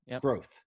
growth